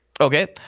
Okay